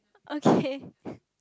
okay